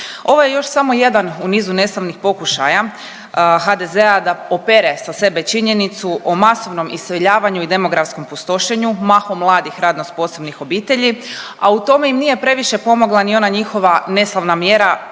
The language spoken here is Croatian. Ovo je još samo jedan u nizu neslavnih pokušaja HDZ-a da opere sa sebe činjenicu o masovnom iseljavanju i demografskom pustošenju, mahom mladih radno sposobnih obitelji, a u tome im nije previše pomogla ni ona njihova neslavna mjera